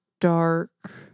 Dark